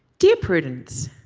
dear prudence.